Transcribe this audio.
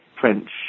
French